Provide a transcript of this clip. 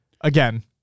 again